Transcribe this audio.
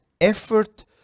effort